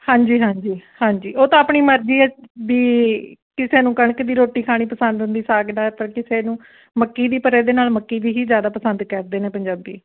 ਹਾਂਜੀ ਹਾਂਜੀ ਹਾਂਜੀ ਉਹ ਤਾਂ ਆਪਣੀ ਮਰਜ਼ੀ ਹੈ ਵੀ ਕਿਸੇ ਨੂੰ ਕਣਕ ਦੀ ਰੋਟੀ ਖਾਣੀ ਪਸੰਦ ਹੁੰਦੀ ਸਾਗ ਨਾਲ਼ ਤਾਂ ਕਿਸੇ ਨੂੰ ਮੱਕੀ ਦੀ ਪਰ ਇਹਦੇ ਨਾਲ਼ ਮੱਕੀ ਦੀ ਹੀ ਜ਼ਿਆਦਾ ਪਸੰਦ ਕਰਦੇ ਨੇ ਪੰਜਾਬੀ